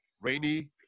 rainy